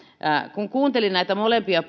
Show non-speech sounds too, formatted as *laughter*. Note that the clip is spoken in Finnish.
kun kuuntelin näitä molempia *unintelligible*